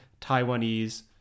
Taiwanese